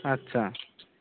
আচ্ছা